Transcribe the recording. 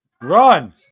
Run